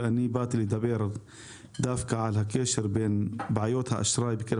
אני באתי לדבר דווקא על הקשר בין בעיות האשראי בקרב